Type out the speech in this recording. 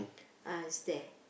ah is there